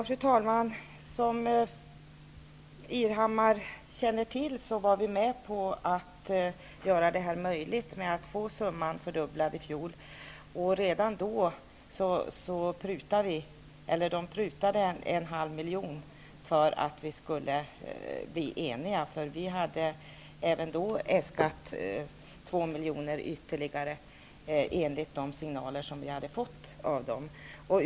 Fru talman! Som Ingbritt Irhammar känner till var vi med på att göra det möjligt att fördubbla summan i fjol. Redan då prutade man en halv miljon för att vi skulle bli eniga. Vi hade även då äskat ytterligare två miljoner i enlighet med de signaler som vi hade fått av dem.